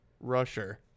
rusher